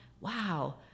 wow